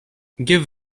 give